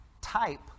type